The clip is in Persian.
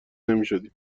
نمیشدیم